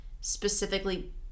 specifically-